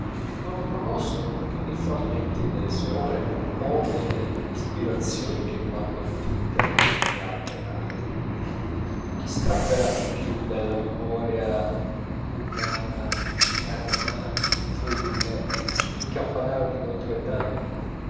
non lo conoscono che nei frammenti delle sue opere o nelle ispirazioni che v'hanno attinte le altre arti chi strapperà più dalla memoria umana ernani triboulet il